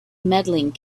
medaling